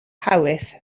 hawys